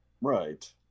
right